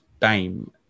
time